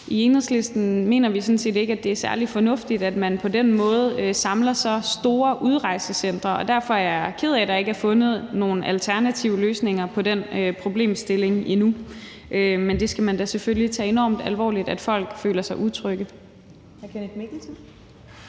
I Enhedslisten mener vi sådan set ikke, at det er særlig fornuftigt, at man på den måde laver så store udrejsecentre, og derfor er jeg ked af, at der ikke er fundet nogen alternative løsninger på den problemstilling endnu. Men man skal selvfølgelig tage det enormt alvorligt, at folk føler sig utrygge.